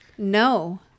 no